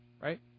Right